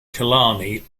killarney